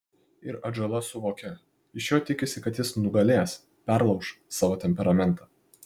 ir atžala suvokia iš jo tikisi kad jis nugalės perlauš savo temperamentą